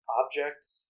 objects